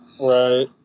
Right